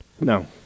No